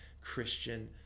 Christian